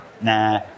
nah